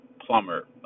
plumber